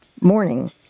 morning